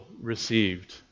received